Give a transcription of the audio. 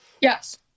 Yes